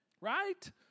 Right